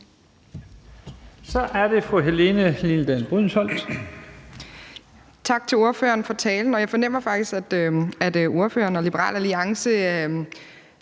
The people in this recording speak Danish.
Kl. 15:54 Helene Liliendahl Brydensholt (ALT): Tak til ordføreren for talen, og jeg fornemmer faktisk, at ordføreren og Liberal Alliance